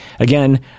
Again